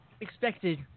expected